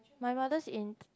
my mother's in